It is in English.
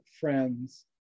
friends